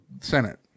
Senate